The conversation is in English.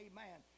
Amen